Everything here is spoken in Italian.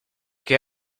che